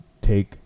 take